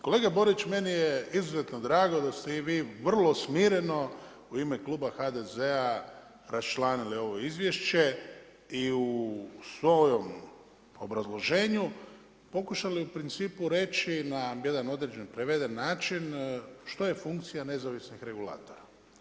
Kolega Borić meni je izuzetno drago da ste vi vrlo smireno u ime kluba HDZ-a raščlanili ovo izvješće i u svom obrazloženju pokušali u principu reći na jedan određeni preveden način što je funkcija nezavisnih regulatora.